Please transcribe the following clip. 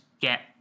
get